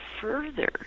further